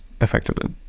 effectively